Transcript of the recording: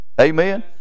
Amen